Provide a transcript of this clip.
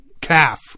calf